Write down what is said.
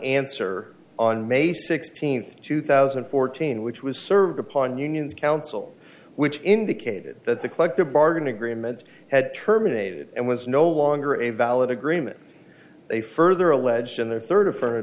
answer on may sixteenth two thousand and fourteen which was served upon unions council which indicated that the collective bargaining agreement had terminated and was no longer a valid agreement a further alleged in the third o